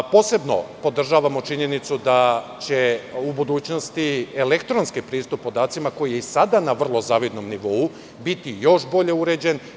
Posebno podržavamo činjenicu da će u budućnosti elektronski pristup podacima, koji je i sada na vrlo zavidnom nivou, biti još bolje uređen.